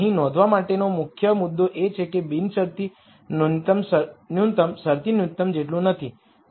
અહીં નોંધવા માટેનો મુખ્ય મુદ્દો એ છે કે બિનશરતી ન્યુનત્તમ શરતી ન્યુનત્તમ જેટલું નથી